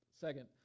Second